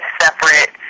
separate